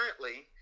Currently